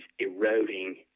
eroding